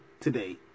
today